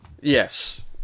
Yes